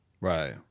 Right